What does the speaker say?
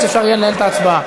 שאפשר יהיה לנהל את ההצבעה.